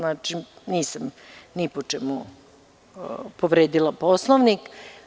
Nisam ni po čemu povredila Poslovnika.